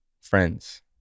friends